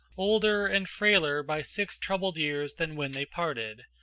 older and frailer by six troubled years than when they parted,